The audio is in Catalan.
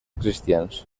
cristians